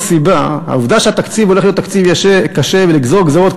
העובדה שהתקציב הולך להיות תקציב קשה ולגזור גזירות,